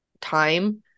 time